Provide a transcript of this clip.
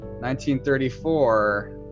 1934